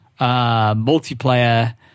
multiplayer